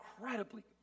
incredibly